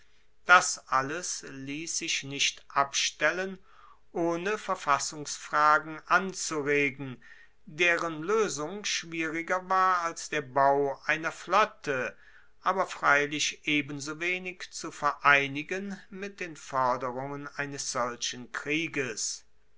das alles liess sich nicht abstellen ohne verfassungsfragen anzuregen deren loesung schwieriger war als der bau einer flotte aber freilich ebensowenig zu vereinigen mit den forderungen eines solchen krieges